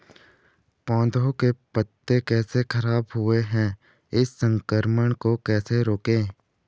पौधों के पत्ते कैसे खराब हुए हैं इस संक्रमण को कैसे रोकें?